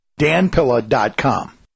danpilla.com